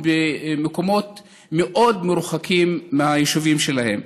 במקומות מאוד מרוחקים מהיישובים שלהם.